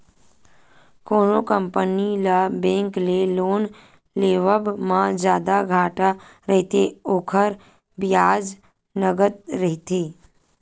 कोनो कंपनी ल बेंक ले लोन लेवब म जादा घाटा रहिथे, ओखर बियाज नँगत रहिथे